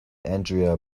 andrea